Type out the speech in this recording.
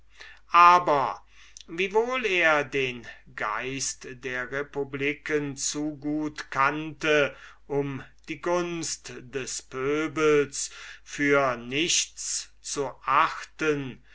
aber wiewohl er den geist der republiken zu gut kannte um die gunst des pöbels für nichts zu achten